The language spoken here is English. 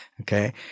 okay